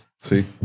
See